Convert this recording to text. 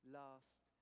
last